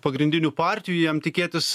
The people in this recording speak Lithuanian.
pagrindinių partijų jam tikėtis